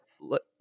look